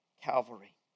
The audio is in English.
Calvary